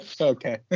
Okay